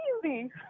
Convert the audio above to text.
crazy